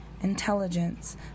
intelligence